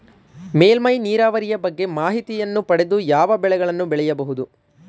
ಮೇಲ್ಮೈ ನೀರಾವರಿಯ ಬಗ್ಗೆ ಮಾಹಿತಿಯನ್ನು ಪಡೆದು ಯಾವ ಬೆಳೆಗಳನ್ನು ಬೆಳೆಯಬಹುದು?